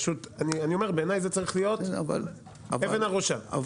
בעיניי זה צריך להיות אבן הראשה.